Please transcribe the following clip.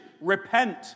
Repent